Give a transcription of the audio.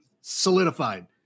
solidified